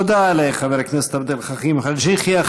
תודה לחבר הכנסת עבד אל חכים חאג' יחיא.